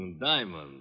Diamond